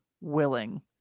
willing